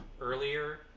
earlier